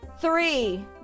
Three